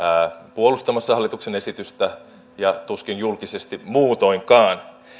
puolustamassa hallituksen esitystä ja tuskin julkisesti muutoinkaan